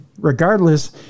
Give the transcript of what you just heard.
Regardless